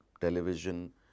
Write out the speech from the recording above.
television